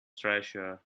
treasure